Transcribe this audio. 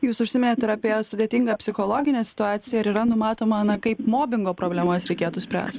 jūs užsiminėt ir apie sudėtingą psichologinę situaciją ir yra numatoma na kaip mobingo problemas reikėtų spręst